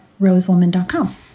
rosewoman.com